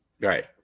Right